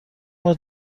ماه